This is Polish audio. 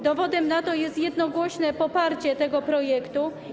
Dowodem na to jest jednogłośne poparcie tego projektu.